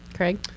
Craig